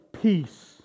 peace